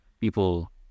people